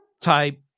type